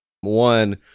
One